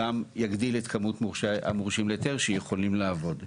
גם יגדיל את כמות המורשים להיתר שיכולים לעבוד.